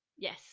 Yes